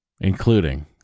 including